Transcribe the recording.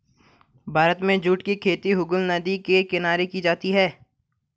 भारत में जूट की खेती हुगली नदी के किनारे की जाती है